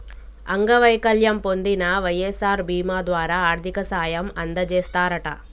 అంగవైకల్యం పొందిన వై.ఎస్.ఆర్ బీమా ద్వారా ఆర్థిక సాయం అందజేస్తారట